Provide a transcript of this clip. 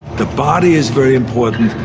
the body is very important,